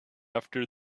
after